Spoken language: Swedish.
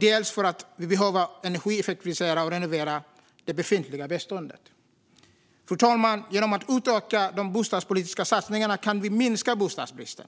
dels för att vi behöver energieffektivisera och renovera det befintliga beståndet. Fru talman! Genom att utöka de bostadspolitiska satsningarna kan vi minska bostadsbristen.